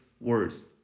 words